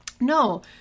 No